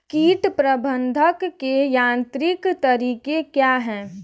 कीट प्रबंधक के यांत्रिक तरीके क्या हैं?